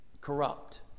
Corrupt